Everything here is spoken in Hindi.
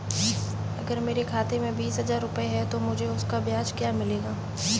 अगर मेरे खाते में बीस हज़ार रुपये हैं तो मुझे उसका ब्याज क्या मिलेगा?